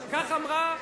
תגיד.